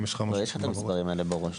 יש לך המספרים האלה בראש.